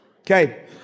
Okay